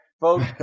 folks